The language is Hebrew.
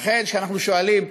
לכן, כשאנחנו שואלים: